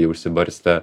jau išsibarstę